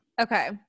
Okay